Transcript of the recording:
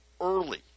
early